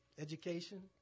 Education